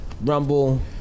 Rumble